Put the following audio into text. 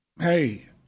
hey